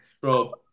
bro